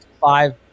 five